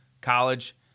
college